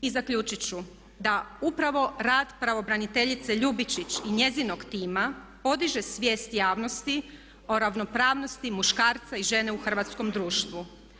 I zaključit ću da upravo rad pravobraniteljice Ljubičić i njezinog tima podiže svijest javnosti o ravnopravnosti muškarca i žene u hrvatskom društvu.